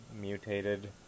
mutated